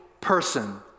person